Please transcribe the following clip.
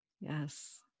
Yes